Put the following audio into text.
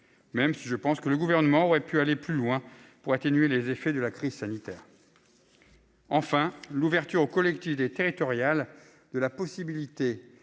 pense néanmoins que le Gouvernement aurait pu aller plus loin, pour atténuer les effets de la crise sanitaire. Enfin, l'ouverture aux collectivités territoriales de la possibilité